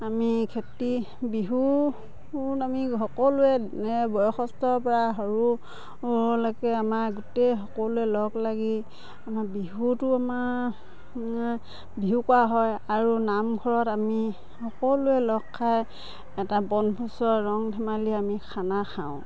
আমি খেতি বিহুত আমি সকলোৱে বয়সস্থৰ পৰা সৰুলৈকে আমাৰ গোটেই সকলোৱে লগ লাগি আমাৰ বিহুটো আমাৰ বিহু কৰা হয় আৰু নামঘৰত আমি সকলোৱে লগ খাই এটা বনভোজৰ ৰং ধেমালিৰে আমি খানা খাওঁ